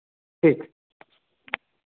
ठीक